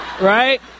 right